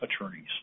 attorneys